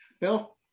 Bill